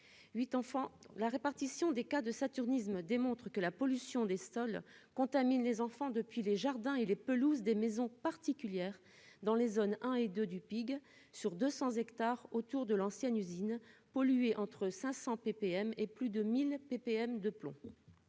8 enfants, la répartition des cas de saturnisme démontre que la pollution des sols contaminent les enfants depuis les jardins et les pelouses des maisons particulières dans les zones un et 2 du Pigs sur 200 hectares autour de l'ancienne usine polluée, entre 500 PPM et plus de 1000 PPM de plomb